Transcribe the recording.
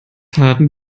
harten